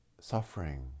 suffering